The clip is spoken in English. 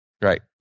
Right